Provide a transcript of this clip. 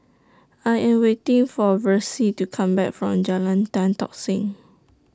I Am waiting For Versie to Come Back from Jalan Tan Tock Seng